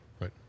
right